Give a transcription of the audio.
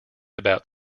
about